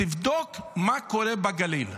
תבדוק מה קורה בגליל.